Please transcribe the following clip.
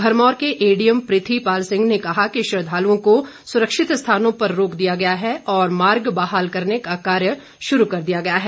भरमौर के एडीएम पृथी पाल सिंह ने कहा कि श्रद्वालुओं को सुरक्षित स्थानों पर रोक दिया गया है और मार्ग बहाल करने का कार्य शुरू कर दिया गया है